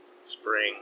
spring